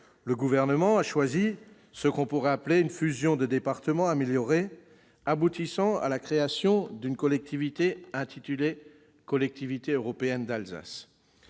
Le Gouvernement a choisi ce qu'on pourrait appeler une fusion de départements améliorée, aboutissant à la création d'une collectivité dénommée « Collectivité européenne d'Alsace